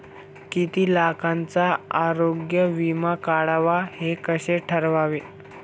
किती लाखाचा आरोग्य विमा काढावा हे कसे ठरवावे?